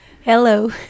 Hello